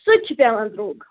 سُہ تہِ چھِ پیٚوان درٛۅگ